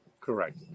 Correct